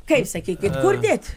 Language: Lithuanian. kaip sakykit kur dėt